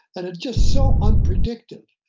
and it's just so unpredictive.